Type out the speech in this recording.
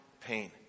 pain